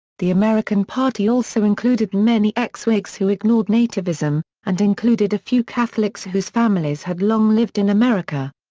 the american party also included many ex-whigs who ignored nativism, and included a few catholics whose families had long lived in america.